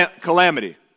calamity